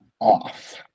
off